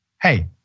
hey